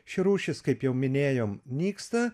ši rūšis kaip jau minėjom nyksta